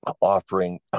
offering